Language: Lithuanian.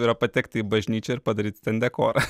yra pateikti į bažnyčią ir padaryti ten dekorą